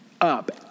up